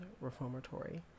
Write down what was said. reformatory